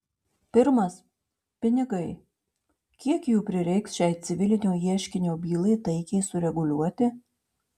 pirmas pinigai kiek jų prireiks šiai civilinio ieškinio bylai taikiai sureguliuoti